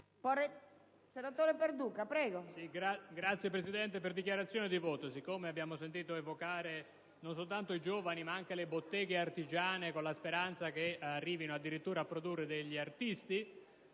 Signora Presidente, siccome abbiamo sentito evocare non soltanto i giovani ma anche le botteghe artigiane, con la speranza che arrivino, addirittura, a produrre degli artisti,